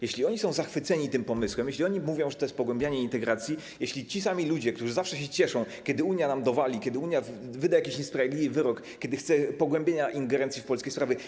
Jeśli oni są zachwyceni tym pomysłem, jeśli oni mówią, że to jest pogłębianie integracji, jeśli ci sami ludzie, którzy zawsze się cieszą, kiedy Unia nam dowali, wyda niesprawiedliwy wyrok albo chce pogłębienia ingerencji w polskie sprawy.